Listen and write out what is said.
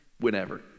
whenever